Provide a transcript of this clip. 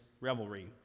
revelry